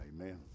Amen